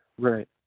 Right